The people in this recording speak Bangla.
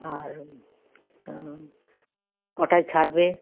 আর কটায় ছাড়বে